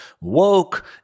Woke